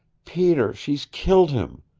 peter, she's killed him.